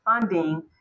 funding